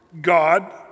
God